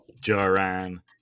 Joran